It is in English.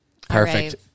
Perfect